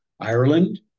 Ireland